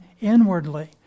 inwardly